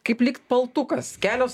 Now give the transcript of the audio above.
kaip lyg paltukas kelios